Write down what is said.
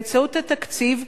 באמצעות התקציב,